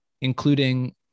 including